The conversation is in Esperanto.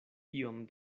iom